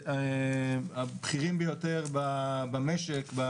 הבכירים ביותר במשק.